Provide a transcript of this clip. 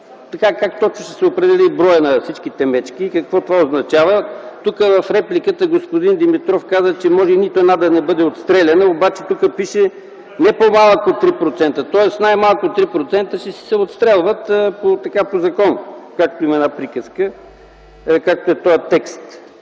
може да се определи броят на всички мечки и какво означава това? Тук в репликата господин Димитров каза, че може нито една да не бъде отстреляна. Но тук пише: „Не по-малък от 3%”, тоест най-малко 3% ще се отстрелват по закон, както има една приказка, както е текстът.